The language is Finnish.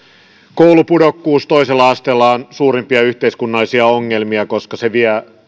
koulupudokkuus toisella asteella on suurimpia yhteiskunnallisia ongelmia koska se vie